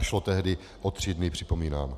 A šlo tehdy o tři dny, připomínám.